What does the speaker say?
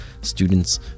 Students